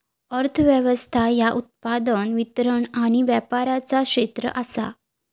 अर्थ व्यवस्था ह्या उत्पादन, वितरण आणि व्यापाराचा क्षेत्र आसा